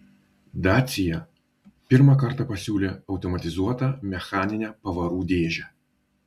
dacia pirmą kartą pasiūlė automatizuotą mechaninę pavarų dėžę